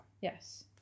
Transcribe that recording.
Yes